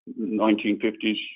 1950s